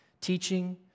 teaching